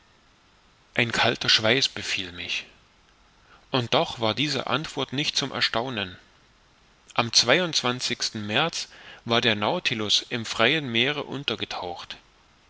ein kalter schweiß befiel mich und doch war diese antwort nicht zum erstaunen am märz war der nautilus im freien meere untergetaucht